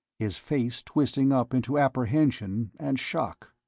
his face twisting up into apprehension and shock.